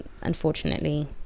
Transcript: unfortunately